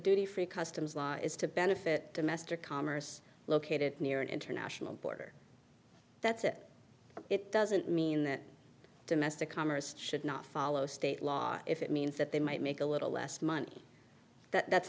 duty free customs law is to benefit domestic commerce located near an international border that's it it doesn't mean that domestic commerce should not follow state law if it means that they might make a little less money that that's